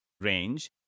range